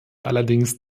allerdings